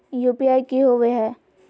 UPI की होवे है?